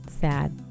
sad